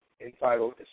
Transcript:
entitled